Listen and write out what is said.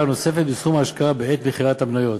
נוספת בסכום ההשקעה בעת מכירת המניות.